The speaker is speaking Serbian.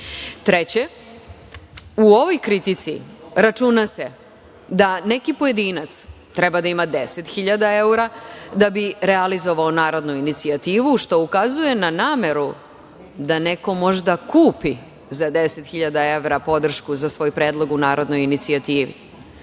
potpis. Treće, u ovoj kritici računa se da neki pojedinaca treba da ima deset hiljada evra da bi realizovao narodnu inicijativu što ukazuje na nameru da neko možda kupi za deset hiljada evra podršku za svoj predlog u narodnoj inicijativi.